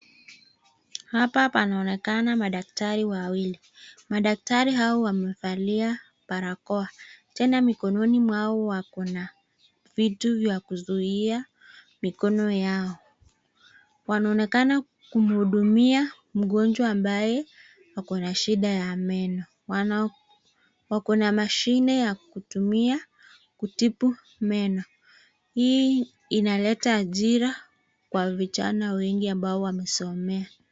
Hapa panaonekana madaktari wawili, madaktari hawa wamevalia barakoa tena mikononi yao wakona vitu ya kuzuia mikononi yao wanaonekana kumhudumia mgonjwa ambaye akona shida ya meno wakona mashine ya kutumia kutibu meno hii inaleta ajira kwa vijana wengi ambao wamesomea.